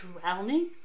drowning